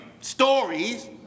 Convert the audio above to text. stories